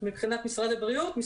מבחינת משרד הבריאות,